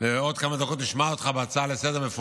ועוד כמה דקות נשמע אותך בהצעה לסדר-היום בצורה מפורטת.